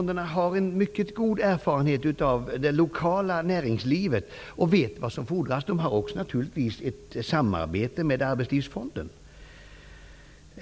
De har en mycket god erfarenhet av det lokala näringslivet och vet vad som fordras. De har naturligtvis ett samarbete med arbetslivfonden.